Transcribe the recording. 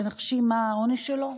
תנחשי מה העונש שלו.